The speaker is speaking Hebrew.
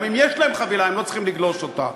גם אם יש להם חבילה הם לא צריכים לגלוש אותה.